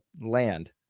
land